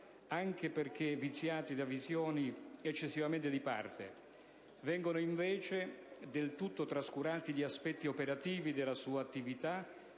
anche perché viziati da visioni eccessivamente di parte; vengono invece, del tutto trascurati gli aspetti operativi della sua attività,